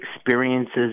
experiences